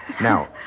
Now